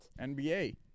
nba